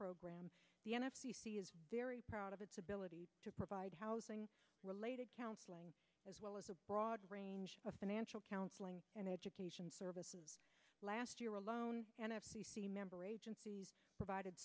program the n f t c is very proud of its ability to provide housing related counseling as well as a broad range of financial counseling and education services last year alone and the member agency provided